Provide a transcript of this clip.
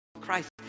Christ